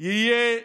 יהיה מפכ"ל-על?